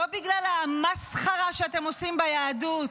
לא בגלל המסחרה שאתם עושים ביהדות,